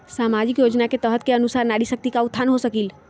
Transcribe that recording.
सामाजिक योजना के तहत के अनुशार नारी शकति का उत्थान हो सकील?